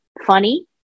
funny